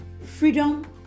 Freedom